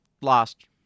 lost